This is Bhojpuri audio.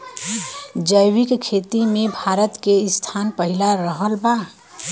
जैविक खेती मे भारत के स्थान पहिला रहल बा